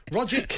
Roger